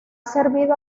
servido